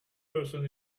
person